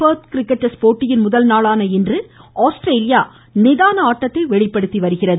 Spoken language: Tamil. பெர்த் கிரிக்கெட் டெஸ்ட் போட்டியின் முதல்நாளான இன்று ஆஸ்திரேலியா நிதான ஆட்டத்தை வெளிப்படுத்தி வருகிறது